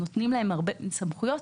הרבה סמכויות,